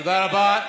תודה רבה.